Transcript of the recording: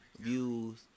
views